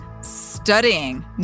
studying